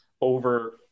over